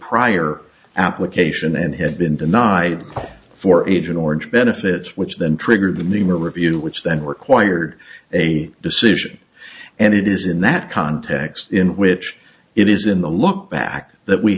prior application and had been denied for agent orange benefits which then triggered the name review which then required a decision and it is in that context in which it is in the lookback that we